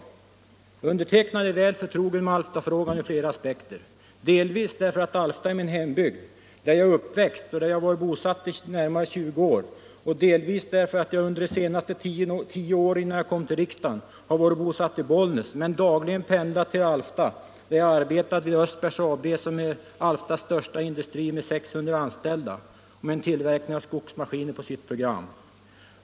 Jag är väl förtrogen med Alftafrågan ur flera aspekter, delvis därför att Alfta är min hembygd där jag är uppväxt och där jag varit bosatt i närmare 20 år, dels därför att jag under de senaste tio åren innan jag kom till riksdagen har varit bosatt i Bollnäs men dagligen pendlat till Alfta där jag arbetat vid Östbergs Fabriks AB som är Alftas största industri med ca 600 anställda och med tillverkning av skogsmaskiner på sitt program.